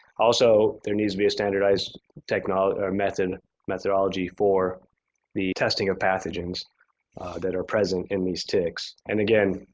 also, there needs to be a standardized technology or method methodology for the testing of pathogens that are present in these ticks. and again,